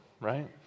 right